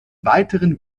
weiteren